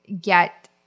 get